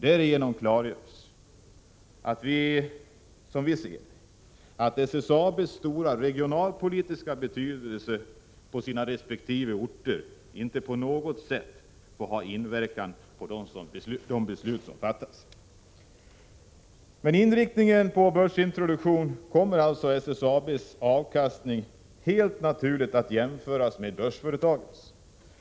Därigenom klargörs, som vi ser det, att SSAB:s stora regionalpolitiska betydelse på företagets resp. orter inte på något sätt får ha inverkan på de beslut som fattas. Med inriktningen på börsintroduktion av SSAB kommer SSAB:s avkastning helt naturligt att jämföras med andra börsföretags.